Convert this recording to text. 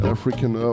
African